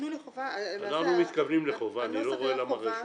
אנחנו מתכוונים לחובה, אני לא מבין למה רשות.